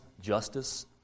justice